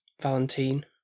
valentine